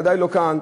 בוודאי לא כאן,